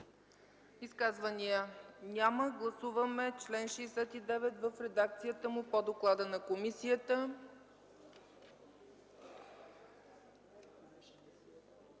Изказвания няма. Гласуваме § 49 в редакцията по доклада на комисията.